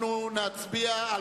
אנחנו נצביע על